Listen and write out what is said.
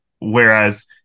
Whereas